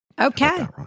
Okay